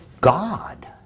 God